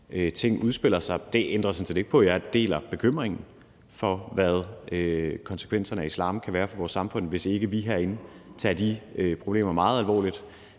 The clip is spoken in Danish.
ting udspiller sig. Det ændrer sådan set ikke på, at jeg deler bekymringen for, hvad konsekvenserne af islam kan være for vores samfund, hvis ikke vi herinde tager de problemer meget alvorligt,